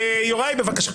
יוראי, בבקשה.